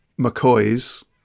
McCoys